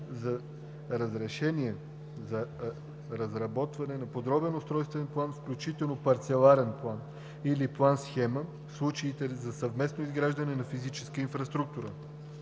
за разрешение за разработване на подробен устройствен план, включително парцеларен план, или план-схема – в случаите на съвместно изграждане на физическа инфраструктура;